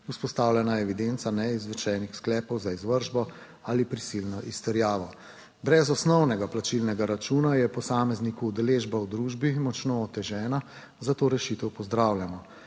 vzpostavljena evidenca neizrečenih sklepov za izvršbo ali prisilno izterjavo. Brez osnovnega plačilnega računa je posamezniku udeležba v družbi močno otežena, zato rešitev pozdravljamo.